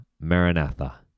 maranatha